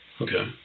Okay